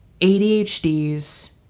ADHD's